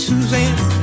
Suzanne